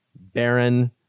Baron